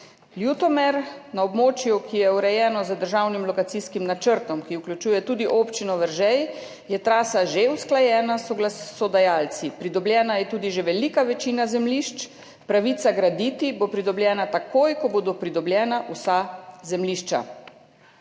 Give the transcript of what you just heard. Ljutomer. Na območju, ki je urejeno z državnim lokacijskim načrtom, ki vključuje tudi občino Veržej, je trasa že usklajena s soglasodajalci. Pridobljena je tudi že velika večina zemljišč. Pravica graditi bo pridobljena takoj, ko bodo pridobljena vsa zemljišča.